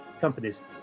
companies